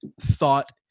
thought